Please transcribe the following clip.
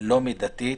לא מידתית,